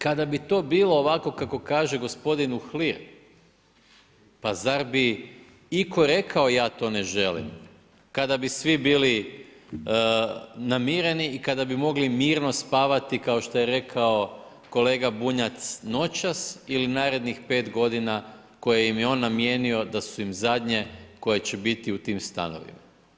Kada bi to bilo ovako kako kaže gospodin Uhlir, pa zar bi iko rekao ja to ne želim, kada bi svi bili namireni i kada bi mogli mirno spavati kao što je rekao kolega Bunjac noćas ili narednih pet godina koje im je on namijenio da su im zadnje koje će biti u tim stanovima.